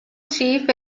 chief